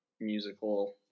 musical